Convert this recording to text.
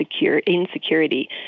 insecurity